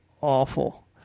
awful